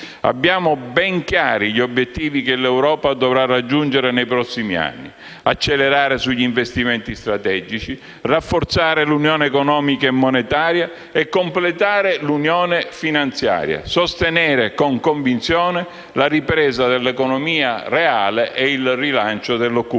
Abbiamo ben chiari gli obiettivi che l'Europa dovrà raggiungere nei prossimi anni: accelerare sugli investimenti strategici, rafforzare l'unione economica e monetaria e completare l'unione finanziaria, sostenere con convinzione la ripresa dell'economia reale e il rilancio dell'occupazione;